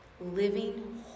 living